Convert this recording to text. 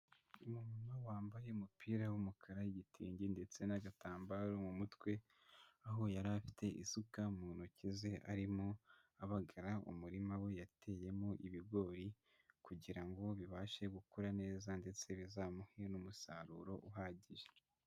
Umumama wambaye umupira w'umukara, igitenge ndetse n'agatambaro mu mutwe, aho yari afite isuka mu ntoki ze arimo abagara umurima we yateyemo ibigori kugira ngo bibashe gukura neza ndetse bizamuhe n'umusaruro uhagije.